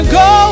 go